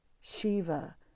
Shiva